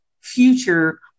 future